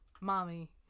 mommy